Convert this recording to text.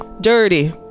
Dirty